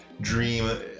dream